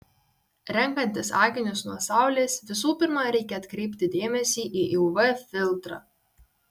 renkantis akinius nuo saulės visų pirma reikia atkreipti dėmesį į uv filtrą